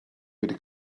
wedi